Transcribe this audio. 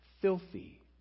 Filthy